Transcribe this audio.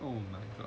oh my god